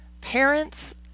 parents